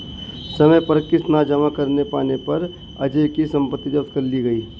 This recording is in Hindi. समय पर किश्त न जमा कर पाने पर अजय की सम्पत्ति जब्त कर ली गई